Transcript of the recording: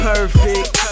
Perfect